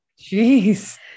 Jeez